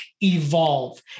evolve